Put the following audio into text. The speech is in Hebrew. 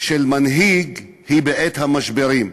של מנהיג היא בעת המשברים,